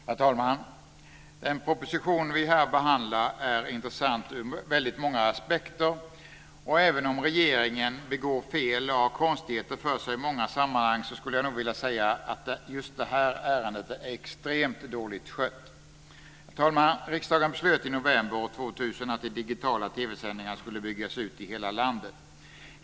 Herr talman! Den proposition som vi här behandlar är intressant ur många aspekter. Även om regeringen begår fel och har konstigheter för sig i många sammanhang så skulle jag nog vilja säga att just detta ärende är extremt dåligt skött. Herr talman! Riksdagen beslutade i november år 2000 att de digitala TV-sändningarna skulle byggas ut i hela landet.